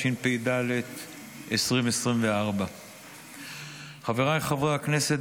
התשפ"ד 2024. חבריי חברי הכנסת,